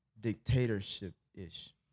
dictatorship-ish